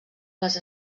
les